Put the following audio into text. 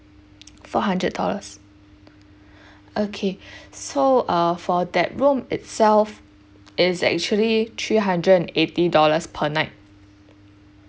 four hundred dollars okay so uh for that room itself its actually three hundred and eighty dollars per night